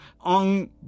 on